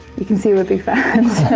you can see we're big fans.